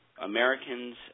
Americans